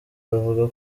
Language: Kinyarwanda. bavuga